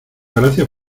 gracias